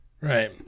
Right